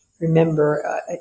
remember